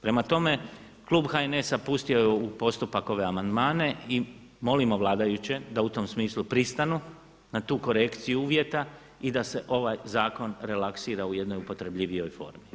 Prema tome, klub HNS-a pustio je u postupak ove amandmane i molimo vladajuće da u tom smislu pristanu na tu korekciju uvjeta i da se ovaj zakon relaksira u jednoj upotrebljivijoj formi.